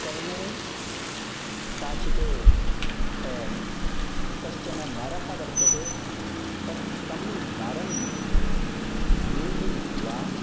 कर्णे काचित् कश्चन नरः वर्तते तत् तं नरं वेधयित्वा